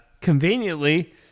conveniently